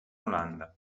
olanda